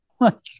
look